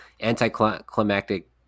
anticlimactic